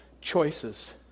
Choices